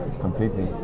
completely